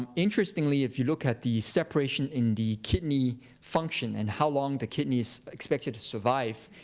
um interestingly, if you look at the separation in the kidney function, and how long the kidney is expected to survive,